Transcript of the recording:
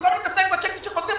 במקום להתעסק בצ'קים שחוזרים,